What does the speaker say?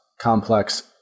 complex